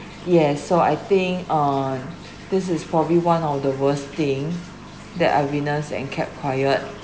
yes so I think on this is probably one of the worst thing that I witness and kept quiet